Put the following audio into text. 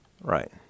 Right